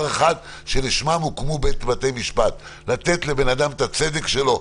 אחד שלשמו הוקמו בתי משפט לתת לבן אדם את הצדק שלו,